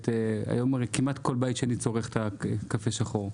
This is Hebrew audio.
היום הרי כמעט כל בית שני צורך את הקפה השחור.